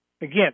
Again